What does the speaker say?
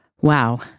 Wow